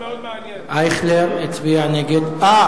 אייכלר הצביע נגד וזה